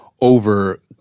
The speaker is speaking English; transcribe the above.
over